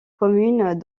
commune